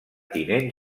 tinent